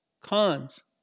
cons